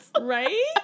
Right